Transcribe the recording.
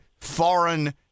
foreign